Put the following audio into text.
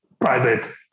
private